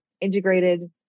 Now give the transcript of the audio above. integrated